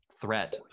threat